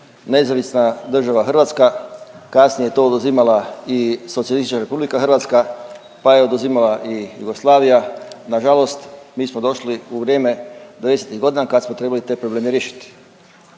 Nezavisna država Hrvatska, kasnije je to oduzimala i Socijalistička RH pa je oduzimala i Jugoslavija. Nažalost mi smo došli u vrijeme … godina kad smo trebali te probleme riješiti.